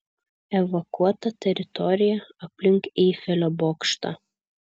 evakuota teritorija aplink eifelio bokštą